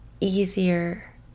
easier